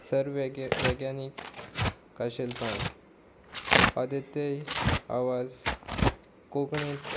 सर्वेग विज्ञानीक खाशेलपण आदीतय आवाज कोंकणींत